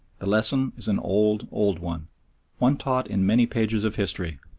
the lesson is an old, old one one taught in many pages of history,